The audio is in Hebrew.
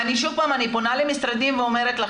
ושוב אני פונה למשרדים ואומרת,